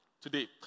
today